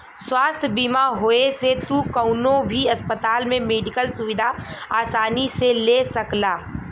स्वास्थ्य बीमा होये से तू कउनो भी अस्पताल में मेडिकल सुविधा आसानी से ले सकला